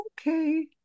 Okay